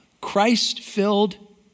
Christ-filled